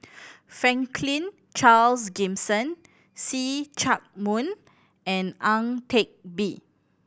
Franklin Charles Gimson See Chak Mun and Ang Teck Bee